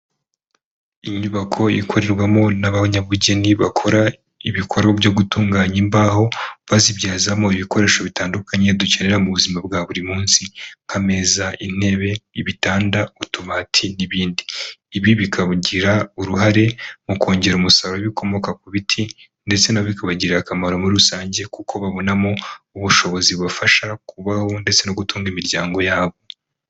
Inyubako ikorerwamo n'abanyabugeni bakora ibikorwa byo gutunganya imbaho bazibyazamo ibikoresho bitandukanye dukenera mu buzima bwa buri munsi nk’ameza ,intebe ,ibitanda ,utubati n'ibindi. Ibi bikawugira uruhare mu kongera umusaruro ku bikomoka ku biti ndetse bikabagirira akamaro muri rusange kuko babonamo ubushobozi bubafasha kubaho ndetse no gutunga imiryango yabo.